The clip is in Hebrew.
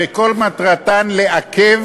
שכל מטרתן לעכב